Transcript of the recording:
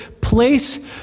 place